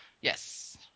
Yes